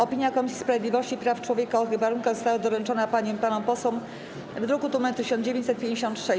Opinia Komisji Sprawiedliwości i Praw Człowieka o tych wnioskach została doręczona paniom i panom posłom w druku nr 1956.